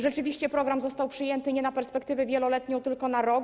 Rzeczywiście program został przyjęty nie w perspektywie wieloletniej, tylko na rok.